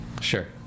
sure